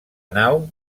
nau